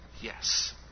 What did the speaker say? yes